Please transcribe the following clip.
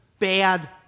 bad